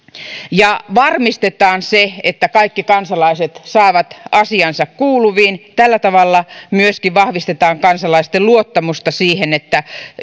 ja varmistetaan se että kaikki kansalaiset saavat asiansa kuuluviin tällä tavalla myöskin vahvistetaan kansalaisten luottamusta siihen että